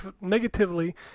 negatively